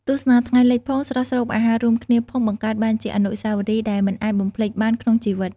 ទស្សនាថ្ងៃលិចផង ស្រស់ស្រូបអាហាររួមគ្នាផងបង្កើតបានជាអនុស្សាវរីយ៍ដែលមិនអាចបំភ្លេចបានក្នុងជីវិត។